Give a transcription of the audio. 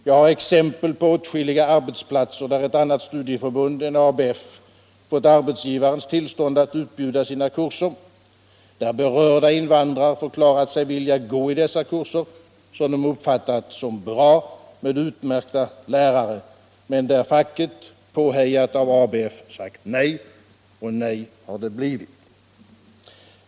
Jag har exempel från åtskilliga arbetsplatser där ett annat studieförbund än ABF fått arbetsgivarens tillstånd att utbjuda sina kurser, där berörda invandrare förklarat sig vilja gå på dessa kurser — som de uppfattat som bra, med utmärkta lärare — men där facket, påhejat av ABF, sagt nej. Och nej har det blivit.